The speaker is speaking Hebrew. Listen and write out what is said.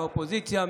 מהאופוזיציה,